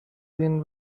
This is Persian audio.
دین